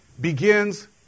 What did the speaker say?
begins